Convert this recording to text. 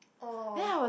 oh